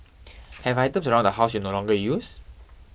have items around the house you no longer use